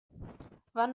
wann